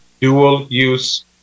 dual-use